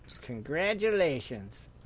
Congratulations